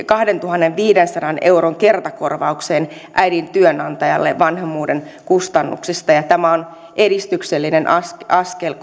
kahdentuhannenviidensadan euron kertakorvaukseen äidin työnantajalle vanhemmuuden kustannuksista ja tämä on edistyksellinen askel askel